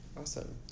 Awesome